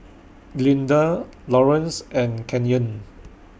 Glinda Laurance and Kenyon